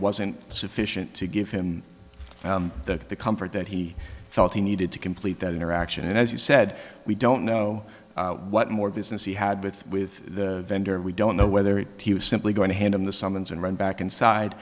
wasn't sufficient to give him the comfort that he felt he needed to complete that interaction and as you said we don't know what more business he had with with the vendor we don't know whether it was simply going to hand him the summons and run back inside